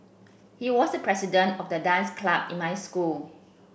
he was the president of the dance club in my school